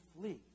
flee